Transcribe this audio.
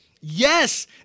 yes